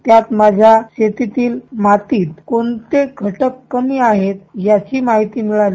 त्यामुळे शेतीतील मातीत कोणते घटक कमी आहेत याची माहिती मिळाली